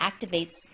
activates